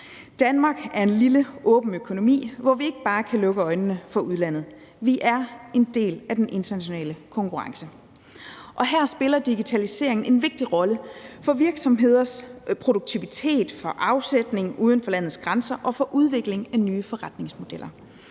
Danmark er en lille åben økonomi, hvor vi ikke bare kan lukke øjnene for udlandet. Vi er en del af den internationale konkurrence. Og her spiller digitalisering en vigtig rolle for virksomheders produktivitet, for afsætning uden for landets grænser og for udvikling af nye forretningsmodeller.